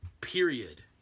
Period